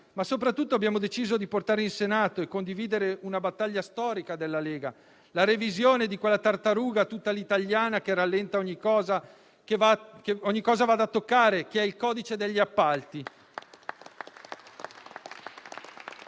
Soprattutto abbiamo deciso di portare in Senato e condividere una battaglia storica della Lega: la revisione di quella tartaruga, tutta italiana, che rallenta ogni cosa tocchi, che è il codice degli appalti.